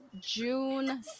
June